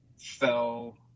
fell